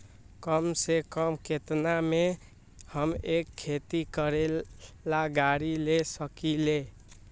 कम से कम केतना में हम एक खेती करेला गाड़ी ले सकींले?